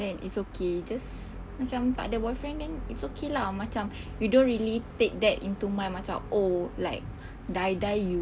and it's okay cause macam tak ada boyfriend kan it's okay lah macam we don't really take that into my mind macam oh like die die you